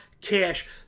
cash